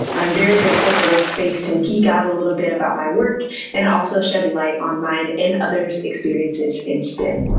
i'm very grateful for this space to geek out a little bit about my work and also shed light on mine and others' experiences in stem.